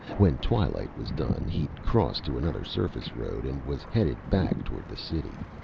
when twilight was done, he'd crossed to another surface road and was headed back toward the city.